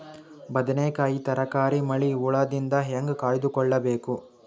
ಬದನೆಕಾಯಿ ತರಕಾರಿ ಮಳಿ ಹುಳಾದಿಂದ ಹೇಂಗ ಕಾಯ್ದುಕೊಬೇಕು?